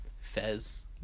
Fez